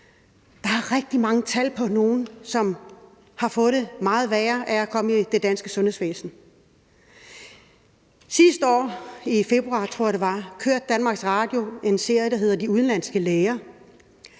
Der er rigtig mange tal på patienter, som har fået det meget værre af at komme i det danske sundhedsvæsen. Sidste år i februar, tror jeg det var, kørte Danmarks Radio en serie, der hed »De udenlandske læger«,